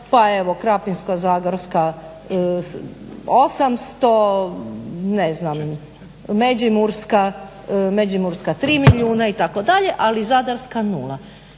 pa evo Krapinsko-zagorska 800, ne znam, Međimurska 3 milijuna itd., ali Zadarska nula.